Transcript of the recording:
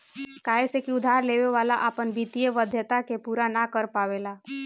काहे से की उधार लेवे वाला अपना वित्तीय वाध्यता के पूरा ना कर पावेला